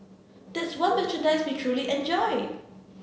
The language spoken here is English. that's one merchandise we truly enjoyed